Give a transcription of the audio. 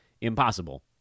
impossible